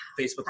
facebook